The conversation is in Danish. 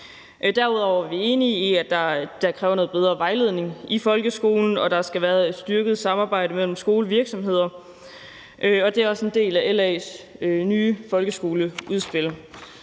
Derudover er vi enige i, at der er behov for noget bedre vejledning i folkeskolen, og at der skal være et styrket samarbejde mellem skole og virksomheder. Det er også en del af LA's nye folkeskoleudspil.